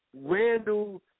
Randall